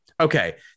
okay